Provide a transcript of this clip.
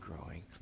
growing